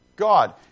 god